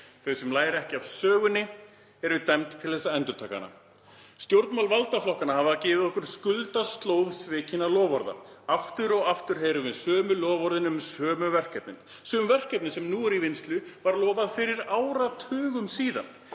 Þau sem læra ekki af sögunni eru dæmd til að endurtaka hana. Stjórnmál valdaflokkanna hafa gefið okkur skuldaslóð svikinna loforða. Aftur og aftur heyrum við sömu loforðin um sömu verkefnin. Sumum verkefnum sem nú eru í vinnslu var lofað fyrir áratugum síðan.